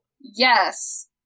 Yes